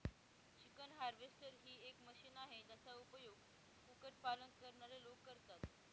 chicken harvester ही एक machine आहे, ज्याचा उपयोग कुक्कुट पालन करणारे लोक करतात